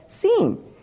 seen